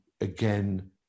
again